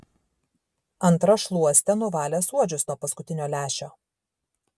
antra šluoste nuvalė suodžius nuo paskutinio lęšio